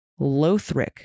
Lothric